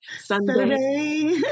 Sunday